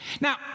Now